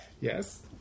Yes